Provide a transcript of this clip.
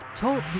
Talk